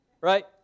Right